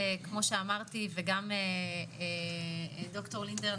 כמו שאמרתי וגם ד"ר לינדר,